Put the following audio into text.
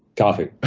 coffee.